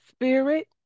Spirit